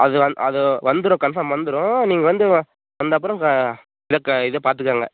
அது அது வந்துடும் கன்ஃபார்ம் வந்துடும் நீங்கள் வந்து வந்த அப்புறம் இது க பார்த்துக்கோங்க